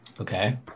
Okay